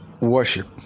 worship